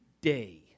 day